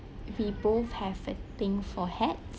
we both have a thing for hats